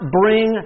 bring